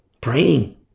praying